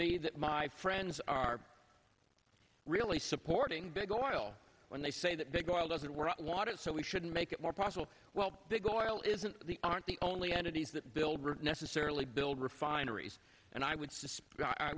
me that my friends are really supporting big oil when they say that big oil doesn't want water so we shouldn't make it more possible well big oil isn't the aren't the only entities that build necessarily build refineries and i would